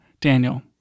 Daniel